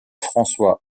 françois